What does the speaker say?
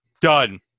Done